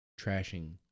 trashing